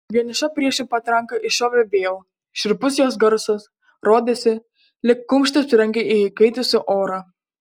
vieniša priešų patranka iššovė vėl šiurpus jos garsas rodėsi lyg kumštis trenkia į įkaitusį orą